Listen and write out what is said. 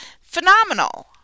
phenomenal